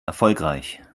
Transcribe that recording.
erfolgreich